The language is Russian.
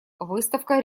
выставка